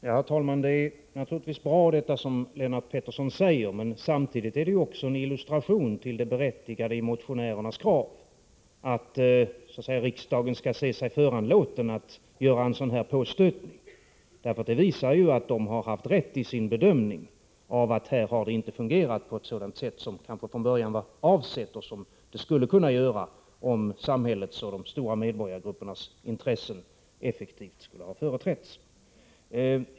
Herr talman! Det som Lennart Pettersson sade är naturligtvis bra. Men samtidigt är det en illustration till det berättigade i motionärernas krav att riksdagen skall göra en sådan här påstötning. Det visar att motionärerna har haft rätt i sin bedömning, nämligen att detta inte har fungerat på ett sådant sätt som det kanske från början var avsett och som det skulle göra, om samhällets och de stora medborgargruppernas intressen effektivt skulle ha företrätts.